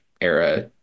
era